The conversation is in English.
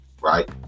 right